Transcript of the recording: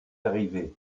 arrivée